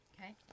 Okay